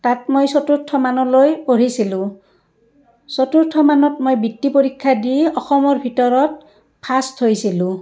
তাত মই চতুৰ্থমানলৈ পঢ়িছিলোঁ চতুৰ্থমানত মই বৃত্তি পৰীক্ষা দি অসমৰ ভিতৰত ফাৰ্ষ্ট হৈছিলোঁ